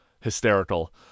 hysterical